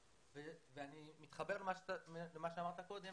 אני מתחבר למה שאמרת קודם